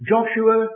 Joshua